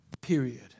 period